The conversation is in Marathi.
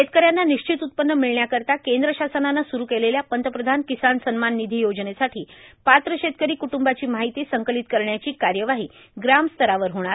शेतकऱ्यांना निश्चित उत्पन्न मिळण्यार्कारता कद्र शासनानं सुरु केलेल्या पंतप्रधान र्षाकसान सन्मान ानधी योजनेसाठी पात्र शेतकरी कुटुंबाची मार्ाहती संर्कालत करण्याची कायवाही ग्राम स्तरावर होणार